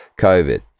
covid